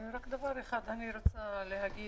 רק דבר אחד אני רוצה להגיד.